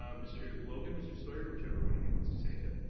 um mr. logan, mr. sawyer, whichever one of you want to take it.